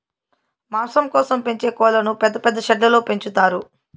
మాంసం కోసం పెంచే కోళ్ళను పెద్ద పెద్ద షెడ్లలో పెంచుతారు